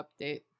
update